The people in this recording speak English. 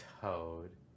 Toad